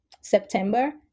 September